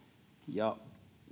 ja